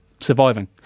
surviving